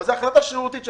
זו החלטה שרירותית שלהם.